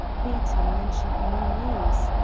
beaton mentioned no names,